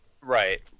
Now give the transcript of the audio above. Right